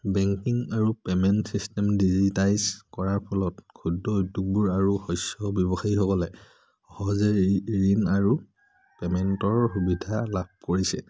banking আৰু payment system digitise কৰাৰ ফলত ক্ষুদ্ৰ উদ্যোগবোৰ আৰু শস্য ব্যৱসায়ীসকলে সহজে ঋণ আৰু পে'মেণ্টৰ সুবিধা লাভ কৰিছে